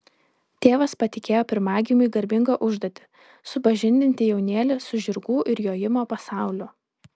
tėvas patikėjo pirmagimiui garbingą užduotį supažindinti jaunėlį su žirgų ir jojimo pasauliu